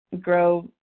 grow